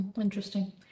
Interesting